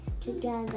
together